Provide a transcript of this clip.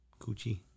coochie